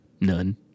none